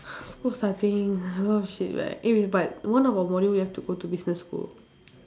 school starting a lot of shit like eh wait but one of our module we have to go to business school